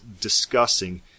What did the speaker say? discussing